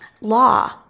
law